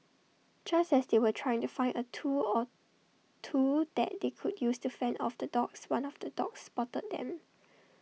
just as they were trying to find A tool or two that they could use to fend off the dogs one of the dogs spotted them